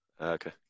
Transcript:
Okay